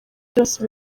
byose